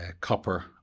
copper